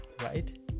right